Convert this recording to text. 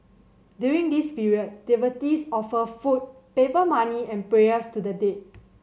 during this period devotees offer food paper money and prayers to the dead